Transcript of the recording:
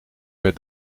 per